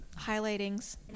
highlightings